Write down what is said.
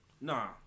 Nah